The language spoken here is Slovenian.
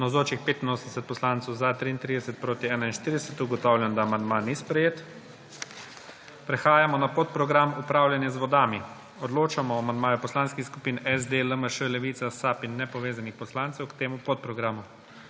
41. (Za je glasovalo 33.)(Proti 41.) Ugotavljam, da amandma ni sprejet. Prehajamo na podprogram Upravljanje z vodami. Odločamo o amandmaju poslanskih skupin SD, LMŠ, Levica, SAB in nepovezanih poslancev k temu podprogramu.